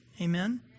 Amen